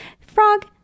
frog